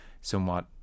somewhat